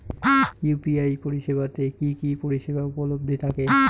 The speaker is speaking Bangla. ইউ.পি.আই পরিষেবা তে কি কি পরিষেবা উপলব্ধি থাকে?